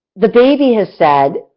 the baby has said,